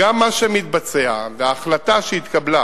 גם מה שמתבצע וההחלטה שהתקבלה